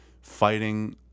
fighting